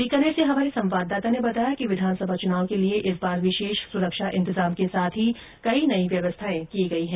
बीकानेर से हमारे संवाददाता ने बताया कि विधानसभा चुनाव के लिए इस बार विशेष सुरक्षा इन्तजाम के साथ ही कई नई व्यवस्थाएं की गई है